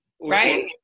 Right